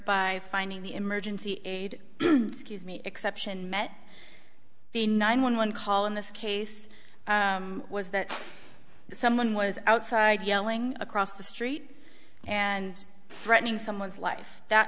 by finding the emergency aid scuse me exception met the nine one one call in this case was that someone was outside yelling across the street and threatening someone's life that